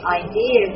idea